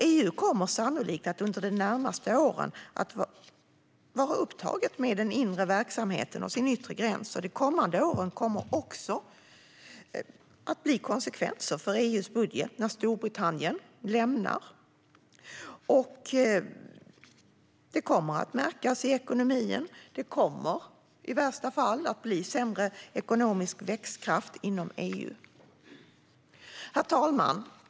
EU kommer sannolikt att under de närmaste åren vara upptaget med den inre verksamheten och den yttre gränsen. Under de kommande åren kommer det att bli konsekvenser för EU:s budget när Storbritannien lämnar EU. Det kommer att märkas i ekonomin, och det kommer i värsta fall att bli sämre ekonomisk växtkraft inom EU. Herr talman!